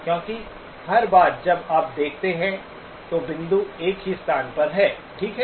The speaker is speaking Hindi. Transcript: क्योंकि हर बार जब आप देखते हैं तो बिंदु एक ही स्थान पर है ठीक है